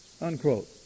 unquote